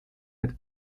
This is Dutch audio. het